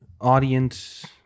audience